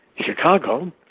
Chicago